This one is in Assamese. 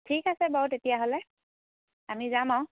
ঠিক আছে বাৰু তেতিয়াহ'লে আমি যাম আৰু